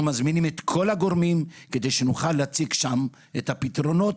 אנחנו מזמינים את כל הגורמים כדי שנוכל להציג שם את הפתרונות,